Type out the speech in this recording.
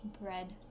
Bread